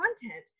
content